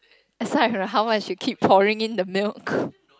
aside from how much you keep pouring in the milk